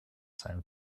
sein